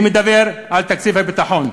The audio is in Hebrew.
אני מדבר על תקציב הביטחון.